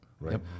Right